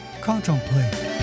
Contemplate